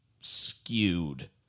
skewed